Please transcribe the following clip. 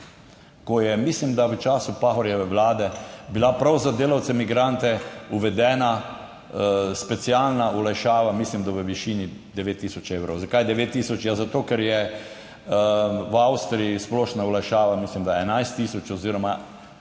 ko je mislim, da v času Pahorjeve vlade bila prav za delavce migrante uvedena specialna olajšava, mislim da v višini 9 tisoč evrov. Zakaj 9000? Ja, zato, ker je v Avstriji splošna olajšava, mislim da 11 tisoč oziroma